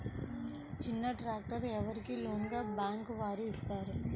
చిన్న ట్రాక్టర్ ఎవరికి లోన్గా బ్యాంక్ వారు ఇస్తారు?